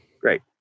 Great